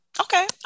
Okay